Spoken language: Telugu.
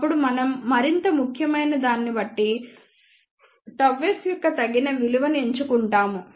అప్పుడు మనం మరింత ముఖ్యమైనదాన్ని బట్టి ΓS యొక్క తగిన విలువను ఎంచుకుంటాము